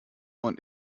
und